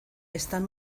están